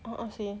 a'ah seh